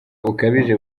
bukabije